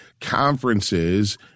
conferences